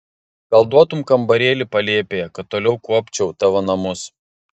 gal duotum kambarėlį palėpėje kad toliau kuopčiau tavo namus